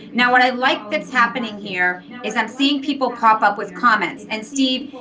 now what i like that's happening here is i'm seeing people pop up with comments. and steve,